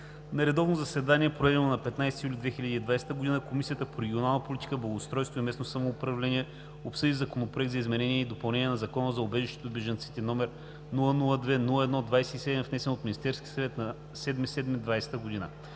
На редовно заседание, проведено на 15 юли 2020 г., Комисията по регионална политика, благоустройство и местно самоуправление обсъди Законопроект за изменение и допълнение на Закона за убежището и бежанците, № 002-01-27, внесен от Министерския съвет на 7 юли